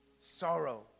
sorrow